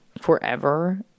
forever